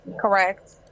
Correct